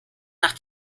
nach